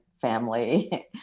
family